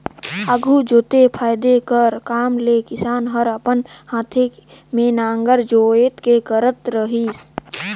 आघु जोते फादे कर काम ल किसान हर अपन हाथे मे नांगर जोएत के करत रहिस